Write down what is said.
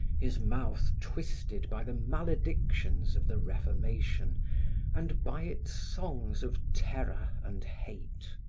his mouth twisted by the maledictions of the reformation and by its songs of terror and hate.